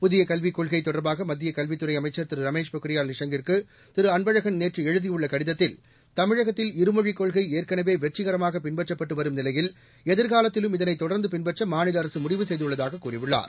புதிய கல்விக் கொள்கை தொடர்பாக மத்திய கல்வித்துறை அமைச்சர் திரு ரமேஷ் பொக்ரியால் நிஷாங் கிற்குதிரு அன்பழகன் நேற்று எழுதியுள்ள கடிதத்தில் தமிழகத்தில் இருமொழிக் கொள்கை ஏற்கனவே வெற்றிகரமாக பின்பற்றப்பட்டு வரும் நிலையில் எதிர்காலத்திலும் இதனை தொடர்ந்து பின்பற்ற மாநில அரசு முடிவு செய்துள்ளதாகக் கூறியுள்ளார்